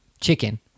chicken